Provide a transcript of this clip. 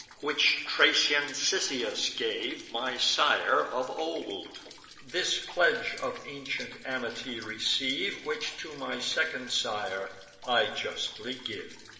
which thracian cisseus gave my sire of old this pledge of ancient amity receive, which to my second sire i justly give.